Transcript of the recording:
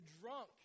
drunk